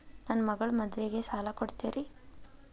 ನನ್ನ ಮಗಳ ಮದುವಿಗೆ ಸಾಲ ಕೊಡ್ತೇರಿ?